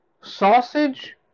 sausage